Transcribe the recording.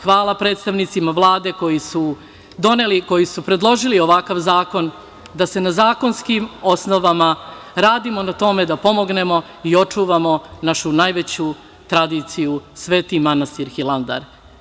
Hvala predstavnicima Vlade koji su predložili ovakav zakon da na zakonskim osnovama radi na tome da pomognemo i očuvamo našu najveću tradiciju Sveti manastir Hilandar.